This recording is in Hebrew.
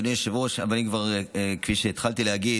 אדוני היושב-ראש, אם כבר, כפי שהתחלתי להגיד,